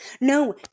No